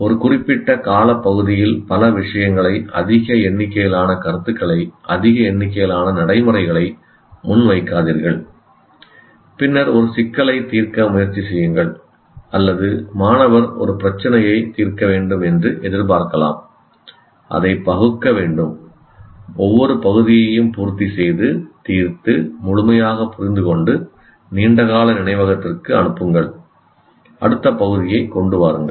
ஒரு குறிப்பிட்ட காலப்பகுதியில் பல விஷயங்களை அதிக எண்ணிக்கையிலான கருத்துக்களை அதிக எண்ணிக்கையிலான நடைமுறைகளை முன்வைக்காதீர்கள் பின்னர் ஒரு சிக்கலைத் தீர்க்க முயற்சி செய்யுங்கள் அல்லது மாணவர் ஒரு பிரச்சினையை தீர்க்க வேண்டும் என்று எதிர்பார்க்கலாம் அதை பகுக்க வேண்டும் ஒவ்வொரு பகுதியையும் பூர்த்திசெய்து தீர்த்து முழுமையாகப் புரிந்துகொண்டு நீண்டகால நினைவகத்திற்கு அனுப்புங்கள் அடுத்த பகுதியைக் கொண்டு வாருங்கள்